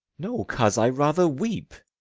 no, coz, i rather weep.